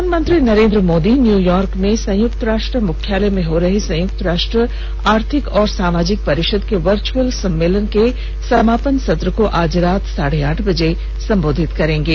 प्रधानमंत्री नरेन्द्र मोदी न्यूयार्क में संयुक्त राष्ट्र मुख्यालय में हो रहे संयुक्त राष्ट्र आर्थिक और सामाजिक परिषद के वर्चअल सम्मेलन के समापन सत्र को आज रात साढे आठ बजे संबोधित करेंगे